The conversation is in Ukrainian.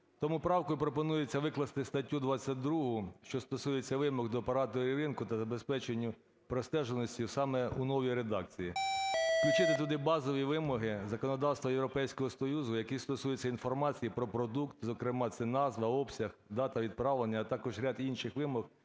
Тому правкою пропонується викласти статтю 22, що стосується вимог до операторів ринку та забезпеченню простежуваності саме у новій редакції. Включити туди базові вимоги законодавства Європейського Союзу, які стосуються інформації про продукт, зокрема це назва, обсяг, дата відправлення, а також ряд інших вимог,